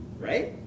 right